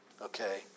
Okay